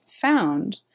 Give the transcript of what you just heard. found